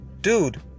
dude